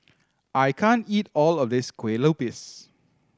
I can't eat all of this kue lupis